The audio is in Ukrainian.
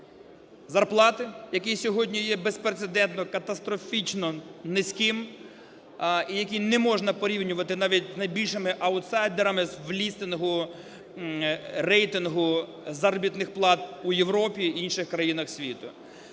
зарплати, який сьогодні є безпрецедентно катастрофічно низьким і який не можна порівнювати навіть з найбільшими аутсайдерами в лістингу, рейтингу заробітних плат у Європі, інших країнах світу.